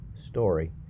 story